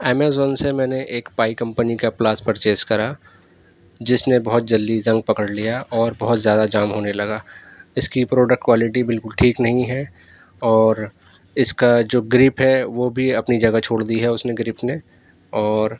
Amazon سے میں نے ایک پائی کمپنی کا پلاس پرچیز کرا جس نے بہت جلدی زنگ پکڑ لیا اور بہت زیادہ جام ہونے لگا اس کی پروڈکٹ کوالٹی بالکل ٹھیک نہیں ہے اور اس کا جو گریپ ہے وہ بھی اپنی جگہ چھوڑ دی ہے اس نے گریپ نے اور